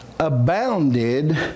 abounded